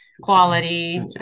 quality